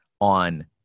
on